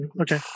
Okay